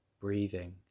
breathing